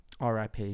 RIP